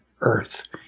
earth